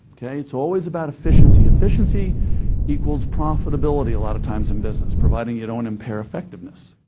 okay, it's always about efficiency. efficiency equals profitability a lot of times in business providing you don't impair effectiveness.